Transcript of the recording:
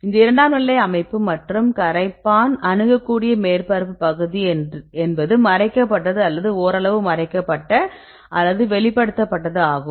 இந்த இரண்டாம் நிலை அமைப்பு மற்றும் கரைப்பான் அணுகக்கூடிய மேற்பரப்பு பகுதி என்பது மறைக்கப்பட்டது அல்லது ஓரளவு மறைக்கப்பட்ட அல்லது வெளிப்படுத்தப்பட்டது ஆகும்